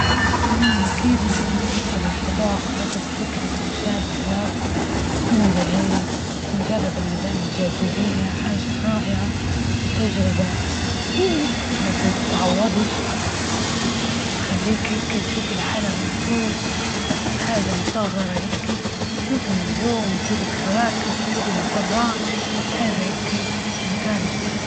أنا أكيد نحب السفر للفضاء، خاطر فكرة مشاهدة الارض، من بعيد ونجرب إنعدام الجازبية حاجة رائعة، وتجربة ما تتعوضش، تخليك هيكي تشوف العالم من فوق، حاجة مصغرة هيكي تشوف النجوم، و تشوف الكواكب ،وتشوف المجرات، حاجة هكي في منتهى الجمال.